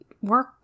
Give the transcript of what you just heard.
work